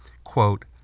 quote